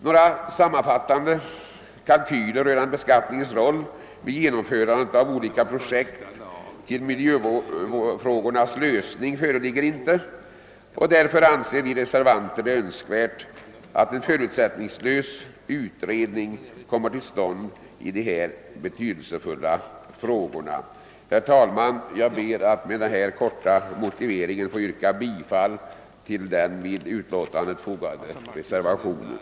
Några sammanfattande kalkyler rörande beskattningens roll vid genomförandet av olika projekt till miljöfrågornas lösning föreligger inte. Därför anser vi reservanter det önskvärt att en förutsättningslös utredning av dessa betydelsefulla frågor kommer till stånd. Herr talman! Jag ber att med denna korta motivering få yrka bifall till den vid betänkandet fogade reservationen.